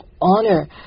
honor